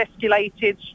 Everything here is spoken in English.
escalated